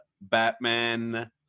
Batman